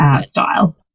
style